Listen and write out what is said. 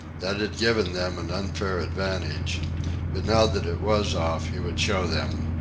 that had given them an unfair advantage but now that it was off, he would show them.